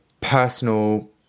personal